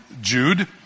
Jude